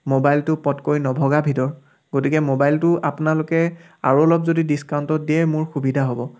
মোবাইলটো পতকৈ নভগা বিধৰ গতিকে মোবাইলটো আপোনালোকে আৰু অলপ যদি ডিছকাউণ্টত দিয়ে মোৰ সুবিধা হ'ব